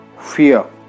fear